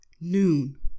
noon